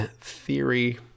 theory